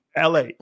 LA